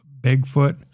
Bigfoot